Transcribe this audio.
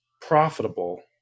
profitable